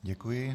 Děkuji.